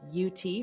UT